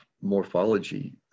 morphology